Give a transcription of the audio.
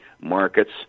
markets